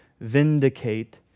vindicate